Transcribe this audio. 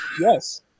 Yes